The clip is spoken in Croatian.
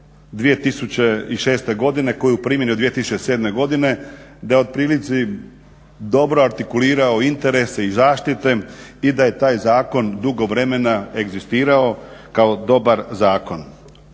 2006. godine koji je u primjeni od 2007. godine da je u prilici dobro artikulirao interese i zaštite i da je taj zakon dugo vremena egzistirao kao dobar zakon.